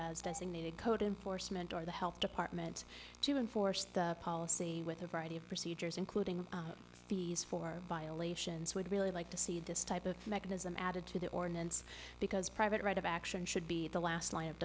as code enforcement or the health department to enforce the policy with a variety of procedures including fees for violations would really like to see this type of mechanism added to the ordinance because private right of action should be the last